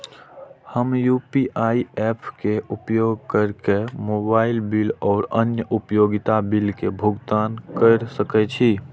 हम UPI apps के उपयोग केर के मोबाइल बिल और अन्य उपयोगिता बिल के भुगतान केर सके छी